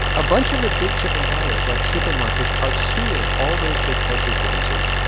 a bunch of the big chicken buyers, like supermarkets, are suing all those big poultry producers,